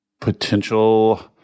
potential